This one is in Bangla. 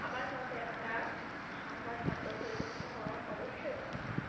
আমার মতে একটা সংবাদ মাধ্যম নিরপেক্ষ হওয়া অবশ্যই দরকার